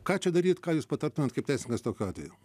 ką čia daryt ką jūs patartumėt kaip teisininkas tokiu atveju